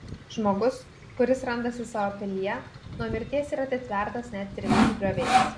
žmogus kuris randasi savo pilyje nuo mirties yra atitvertas net trimis grioviais